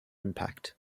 impact